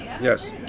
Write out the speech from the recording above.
Yes